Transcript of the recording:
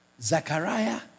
Zachariah